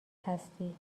هستی